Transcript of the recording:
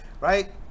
right